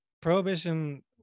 prohibition